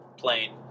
Plane